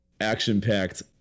action-packed